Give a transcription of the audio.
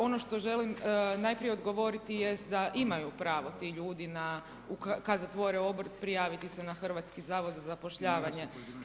Ono što želim najprije odgovoriti jest da imaju pravo ti ljudi kada zatvore obrt prijaviti se na Hrvatski zavod za zapošljavanje.